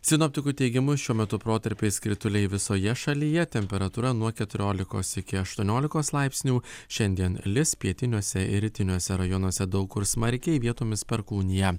sinoptikų teigimu šiuo metu protarpiais krituliai visoje šalyje temperatūra nuo keturiolikos iki aštuoniolikos laipsnių šiandien lis pietiniuose ir rytiniuose rajonuose daug kur smarkiai vietomis perkūnija